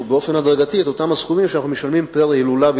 באופן הדרגתי את אותם הסכומים שאנחנו משלמים פר-הילולה,